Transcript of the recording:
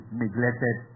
neglected